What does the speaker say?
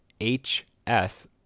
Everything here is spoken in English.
H-S